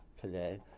today